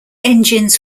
engines